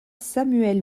samuel